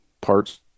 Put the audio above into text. parts